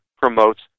promotes